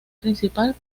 principal